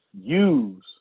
Use